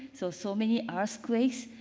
so, so many earthquakes,